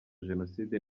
jenoside